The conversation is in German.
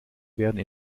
werden